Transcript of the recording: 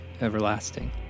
everlasting